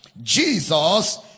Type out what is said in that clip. Jesus